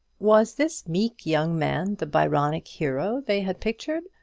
was this meek young man the byronic hero they had pictured?